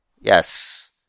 Yes